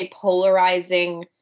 polarizing